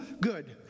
good